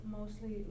mostly